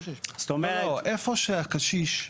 איפה שהקשיש,